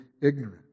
ignorant